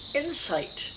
insight